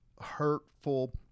hurtful